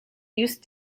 use